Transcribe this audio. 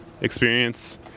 experience